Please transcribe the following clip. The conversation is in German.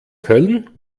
köln